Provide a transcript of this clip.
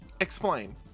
explain